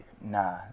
Nah